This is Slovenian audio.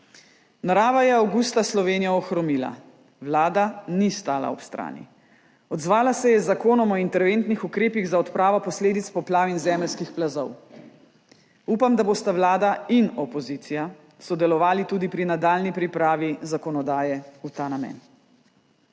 Narava je avgusta Slovenijo ohromila. Vlada ni stala ob strani. Odzvala se je z Zakonom o interventnih ukrepih za odpravo posledic poplav in zemeljskih plazov. Upam, da bosta vlada in opozicija sodelovali tudi pri nadaljnji pripravi zakonodaje v ta namen.